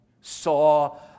saw